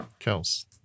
Kels